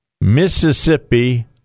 Mississippi